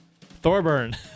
Thorburn